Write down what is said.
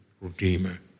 redeemer